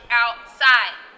outside